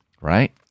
right